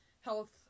health